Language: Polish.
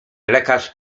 lekarz